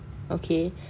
okay